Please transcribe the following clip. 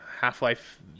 Half-Life